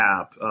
app